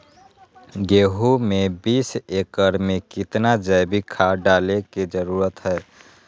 गेंहू में बीस एकर में कितना जैविक खाद डाले के जरूरत है?